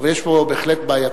אבל יש פה בהחלט בעייתיות.